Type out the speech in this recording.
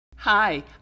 Hi